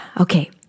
Okay